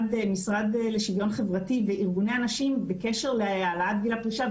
המשרד לשוויון חברתי וארגוני הנשים בקשר להעלאת גיל הפרישה,